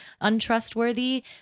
untrustworthy